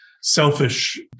selfish